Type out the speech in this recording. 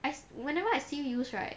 as whenever I see you use right